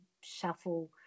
shuffle